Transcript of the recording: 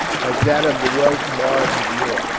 like that of the welsh bards of yore.